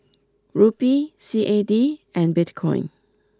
Rupee C A D and Bitcoin